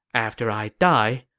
after i die,